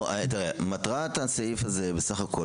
מטרת הסעיף הזה בסך הכול,